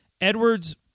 Edwards